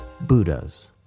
Buddhas